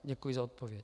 Děkuji za odpověď.